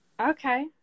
okay